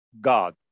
God